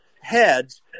heads